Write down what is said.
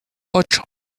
ocho